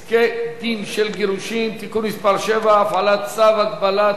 פסקי-דין של גירושין) (תיקון מס' 7) (הפעלת צו הגבלה),